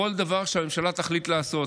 שכל דבר שהממשלה תחליט לעשות,